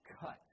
cut